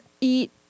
eat